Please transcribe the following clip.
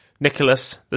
Nicholas